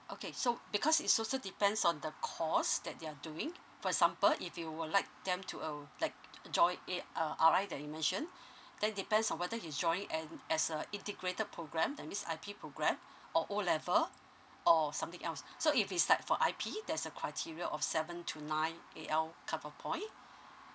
okay so because is also depends on the course that they are doing for example if you would like them to uh like join a uh R_I that you mentioned that depends on whether you join and as a integrated programme that means I_P programme or O level or something else so if is like for I_P there's a criteria of seven to nine eight A_L cut off point